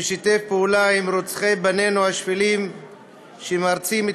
ששיתף פעולה עם רוצחי בנינו השפלים שמרצים את